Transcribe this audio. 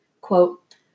Quote